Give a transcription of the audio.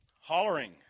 hollering